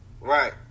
Right